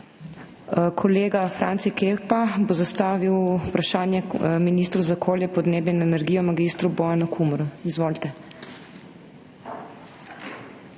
Kolega Franci Kepa bo zastavil vprašanje ministru za okolje, podnebje in energijo mag. Bojanu Kumru. Izvolite.